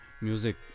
music